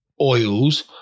oils